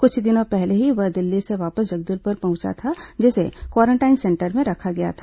कुछ दिन पहले ही वह दिल्ली से वापस जगदलपुर पहुंचा था जिसे क्वारेंटाइन सेंटर में रखा गया था